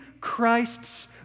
Christ's